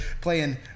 playing